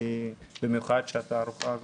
במיוחד שהתערוכה הזאת,